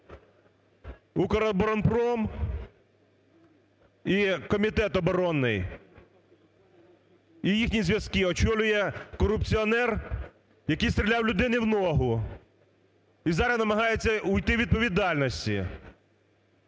"Укроборонпром", і Комітет оборонний, і їхні зв'язки очолює корупціонер, який стріляв людині в ногу і зараз намагається уйти від відповідальності.